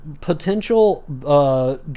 Potential